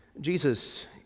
Jesus